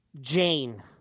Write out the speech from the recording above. Jane